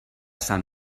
sant